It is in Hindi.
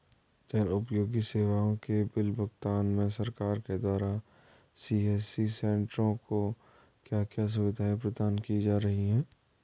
जन उपयोगी सेवाओं के बिल भुगतान में सरकार के द्वारा सी.एस.सी सेंट्रो को क्या क्या सुविधाएं प्रदान की जा रही हैं?